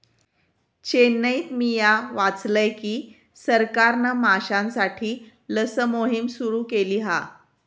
चेन्नईत मिया वाचलय की सरकारना माश्यांसाठी लस मोहिम सुरू केली हा